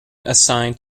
assigned